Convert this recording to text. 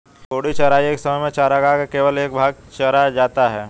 घूर्णी चराई एक समय में चरागाह का केवल एक भाग चरा जाता है